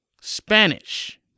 Spanish